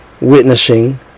witnessing